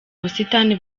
busitani